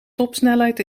topsnelheid